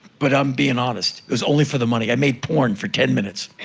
but i'm being honest. it was only for the money. i made porn for ten minutes.